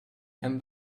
and